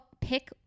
pick